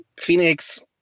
Phoenix